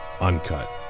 uncut